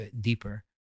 deeper